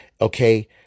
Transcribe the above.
Okay